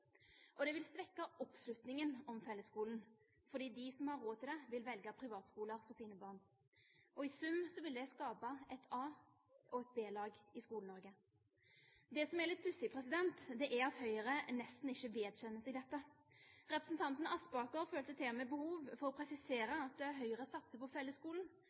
og det vil svekke oppslutningen om fellesskolen fordi de som har råd til det, vil velge privatskoler for sine barn. I sum vil det skape et A-lag og et B-lag i Skole-Norge. Det som er litt pussig, er at Høyre nesten ikke vedkjenner seg dette. Representanten Aspaker følte til og med behov for å presisere at Høyre satser på fellesskolen.